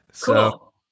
Cool